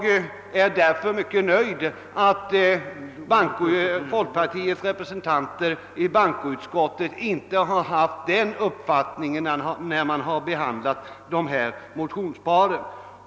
Jag är därför glad att folkpartiets representanter i bankoutskottet inte har haft denna uppfattning vid behandlingen av förevarande motionspar.